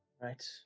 Right